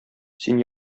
син